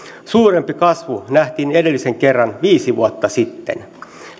suurempi kasvu nähtiin edellisen kerran viisi vuotta sitten